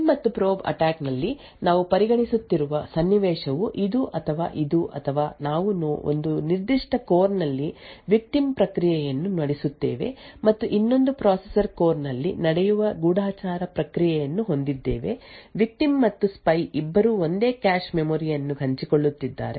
prime ಮತ್ತು probe attack ನಲ್ಲಿ ನಾವು ಪರಿಗಣಿಸುತ್ತಿರುವ ಸನ್ನಿವೇಶವು ಇದು ಅಥವಾ ಇದು ಅಥವಾ ನಾವು ಒಂದು ನಿರ್ದಿಷ್ಟ ಕೋರ್ ನಲ್ಲಿ ವಿಕ್ಟಿಮ್ ಪ್ರಕ್ರಿಯೆಯನ್ನು ನಡೆಸುತ್ತೇವೆ ಮತ್ತು ಇನ್ನೊಂದು ಪ್ರೊಸೆಸರ್ ಕೋರ್ ನಲ್ಲಿ ನಡೆಯುವ ಗೂಢಚಾರ ಪ್ರಕ್ರಿಯೆಯನ್ನು ಹೊಂದಿದ್ದೇವೆ ವಿಕ್ಟಿಮ್ ಮತ್ತು ಸ್ಪೈ ಇಬ್ಬರೂ ಒಂದೇ ಕ್ಯಾಶ್ ಮೆಮೊರಿ ಯನ್ನು ಹಂಚಿಕೊಳ್ಳುತ್ತಿದ್ದಾರೆ